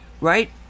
right